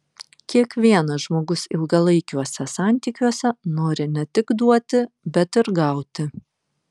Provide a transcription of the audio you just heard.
kiekvienas žmogus ilgalaikiuose santykiuose nori ne tik duoti bet ir gauti